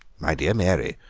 my dear mary,